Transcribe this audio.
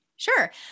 Sure